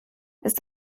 ist